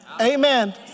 Amen